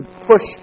push